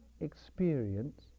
experience